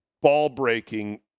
ball-breaking